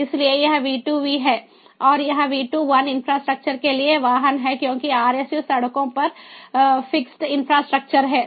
इसलिए यह V2V है और यह V2I इन्फ्रास्ट्रक्चर के लिए वाहन है क्योंकि RSUs सड़कों पर फिक्स्ट इंफ्रास्ट्रक्चर है